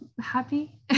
happy